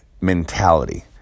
mentality